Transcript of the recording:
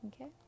okay